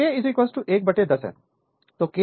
तो K 110 है